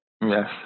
Yes